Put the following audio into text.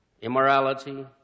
immorality